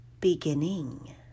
beginning